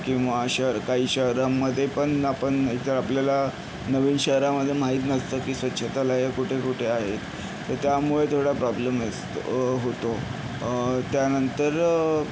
किंवा शर काही शहरांमध्ये पण आपण इतर आपल्याला नवीन शहरामध्ये माहीत नसतं की स्वच्छतालयं कुठे कुठे आहे तर त्यामुळे थोडा प्रॉब्लेम असतो होतो त्यानंतर